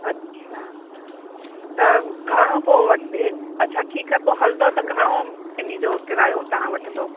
अच्छा त घणो पोइ वठदे अच्छा ठीकु आहे पोइ हलंदो त घणो इन जो किरायो तव्हां वठंदो